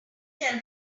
tell